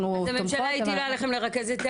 אנחנו -- הממשלה הטילה עליכם לרכז גם את